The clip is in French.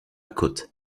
côte